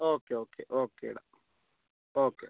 okay okay okay ഇടാം okay